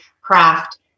craft